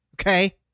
Okay